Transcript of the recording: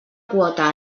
quota